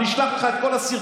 אני אשלח לך את כל הסרטונים,